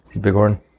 Bighorn